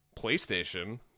PlayStation